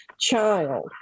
child